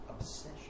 Obsession